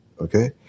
Okay